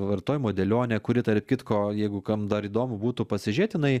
vartojimo dėlionė kuri tarp kitko jeigu kam dar įdomu būtų pasižiūrėt jinai